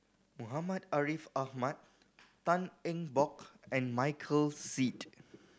Muhammad Ariff Ahmad Tan Eng Bock and Michael Seet